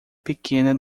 pequena